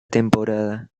temporada